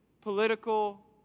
political